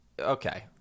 Okay